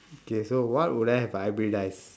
okay so what would I have hybridise